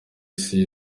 isi